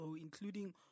including